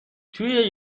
توی